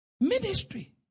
Ministry